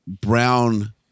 Brown